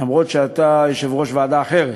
סילבן הוא אחראי,